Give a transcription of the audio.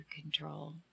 control